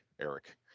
Eric